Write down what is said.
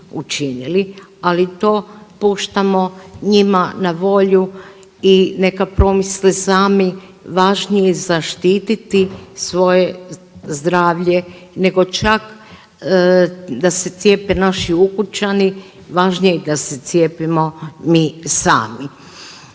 ali to puštamo njima na volju i neka promisle sami važnije je zaštiti svoje zdravlje nego čak da se cijepe naši ukućani, važnije da se cijepimo mi sami.